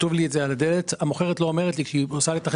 כתוב לי את זה על הדלת והמוכרת לא אומרת לי שזה המחיר.